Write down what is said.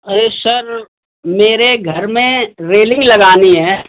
अरे सर मेरे घर में रेलिंग लगानी है